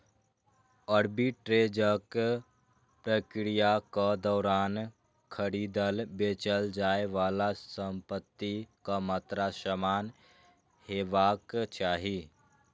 आर्बिट्रेजक प्रक्रियाक दौरान खरीदल, बेचल जाइ बला संपत्तिक मात्रा समान हेबाक चाही